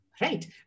Right